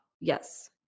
yes